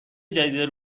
جدید